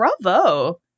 Bravo